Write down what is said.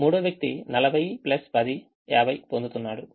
మూడవ వ్యక్తి 40 10 50 పొందుతున్నాడు